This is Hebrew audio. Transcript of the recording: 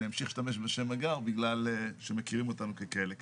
אבל אני אמשיך להשתמש בשם מגע"ר בגלל שמכירים אותנו ככאלה כאן.